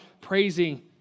praising